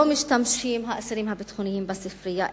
האסירים הביטחוניים לא משתמשים בספרייה.